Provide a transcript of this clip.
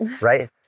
right